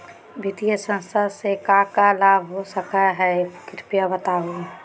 वित्तीय संस्था से का का लाभ हो सके हई कृपया बताहू?